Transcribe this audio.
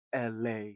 la